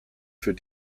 für